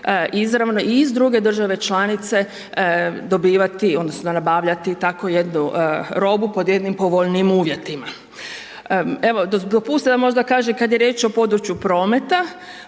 izravno i iz druge države članice dobivati odnosno nabavljati tako jednu robu pod jednim povoljnijim uvjetima. Evo dopustite da možda kažem kad je riječ o području prometa,